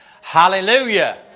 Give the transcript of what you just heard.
Hallelujah